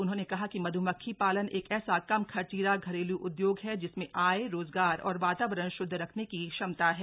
उन्होंने कहा कि मध्मक्खी पालन एक ऐसा कम खर्चीला घरेल् उद्योग है जिसमें आय रोजगार और वातावरण श्द्ध रखने की क्षमता है